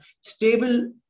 stable